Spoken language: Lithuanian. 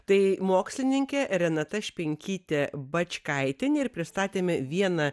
tai mokslininkė renata špinkytė bačkaitienė ir pristatėme vieną